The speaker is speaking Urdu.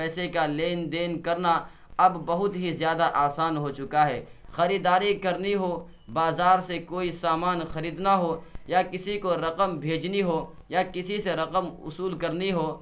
پیسے کا لین دین کرنا اب بہت ہی زیادہ آسان ہو چکا ہے خریداری کرنی ہو بازار سے کوئی سامان خریدنا ہو یا کسی کو رقم بھیجنی ہو یا کسی سے رقم وصول کرنی ہو